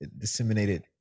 disseminated